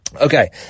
Okay